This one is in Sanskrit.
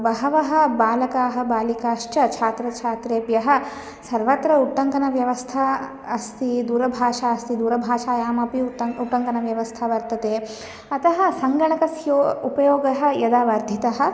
बहवः बालकाः बालिकाश्च छात्रछात्रेभ्यः सर्वत्र उट्टङ्कन व्यवस्था अस्ति दूरभाषास्ति दूरभाषायामपि उट्टङ्कनम् उट्टङ्कनव्यवस्था वर्तते अतः सङ्गणकस्य उपयोगः यदा वर्धितः